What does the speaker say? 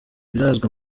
birazwi